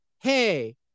Hey